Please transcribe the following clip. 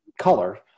color